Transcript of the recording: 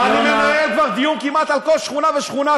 ואני מנהל כבר דיון כמעט על כל שכונה ושכונה,